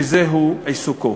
שזהו עיסוקו.